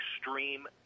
extreme